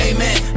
Amen